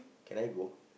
can I go